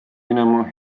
minema